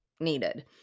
needed